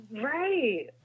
Right